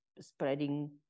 spreading